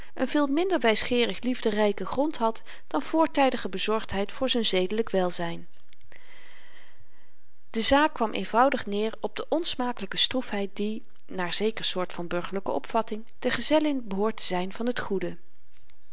veel minder wysgeerig liefderyken grond had dan voortydige bezorgdheid voor z'n zedelyk welzyn de zaak kwam eenvoudig neer op de onsmakelyke stroefheid die naar zeker soort van burgerlyke opvatting de gezellin behoort te zyn van t goede